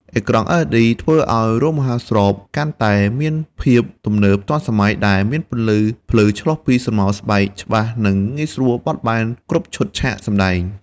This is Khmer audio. ការប្រើប្រាស់នៅ LED គឺជួយពង្រឹងលំនាំលម្អិតដែលឆ្លាក់ចូលទៅក្នុងអាយ៉ងស្បែក ធ្វើឱ្យស្រមោលកាន់តែរស់រវើក។